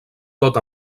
tot